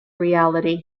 reality